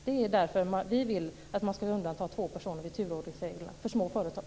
Det är därför vi vill att man skall undanta två personer vid turordningsreglerna för små företag.